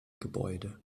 gebäude